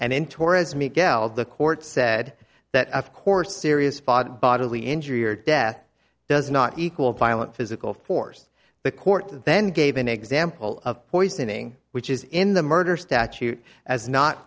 and in torres me gal the court said that of course serious bodily injury or death does not equal violent physical force the court then gave an example of poisoning which is in the murder statute as not